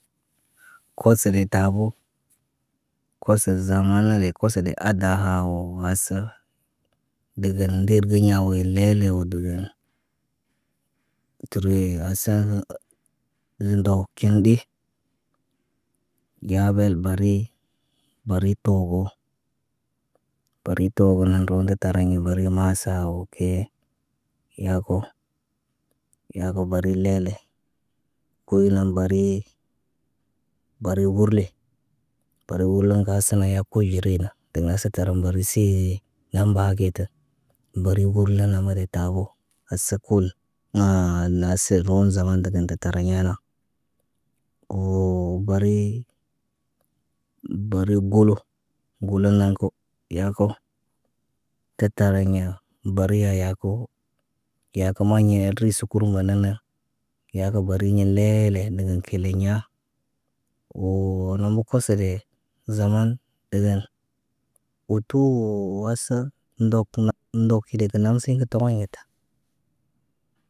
Kosoli tabo, kosol zaamani niko kosode ad- daha woo masə. Degen nder deɲa woo lele wo dəgən. Turi asa gə nə ndo kindi. Geyabel bari bari toobo. Bari toobo na roonda tariɲa bari maasa wo kii. Yako, yako bari lele kuunam bari, bari wurli. Bari wurlaŋg kə hasana yaa kuy ɟerina. Ndeka hasa tar mbar rusii, naŋg mbaa ge ta. Mbari gurlena made tabo, hase kul. naase roon zaman daadan tariyana. Woo bari, bari golo, gulo nan ko ya ko. Tetariɲa bariya yaako. Yaako moɲa er ris kurmo naan nan. Yaku bariyin leele dəgən kileɲa woo nombo kosode zaman deden. Utu wo hasa ndok nak ndok kile te namsiɲa toroɲeta.